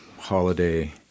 holiday